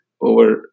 over